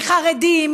מחרדים,